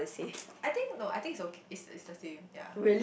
I think no I think it's okay it's it's the same ya